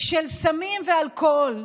של סמים ואלכוהול,